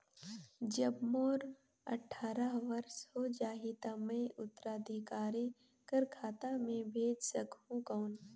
जब मोर अट्ठारह वर्ष हो जाहि ता मैं उत्तराधिकारी कर खाता मे भेज सकहुं कौन?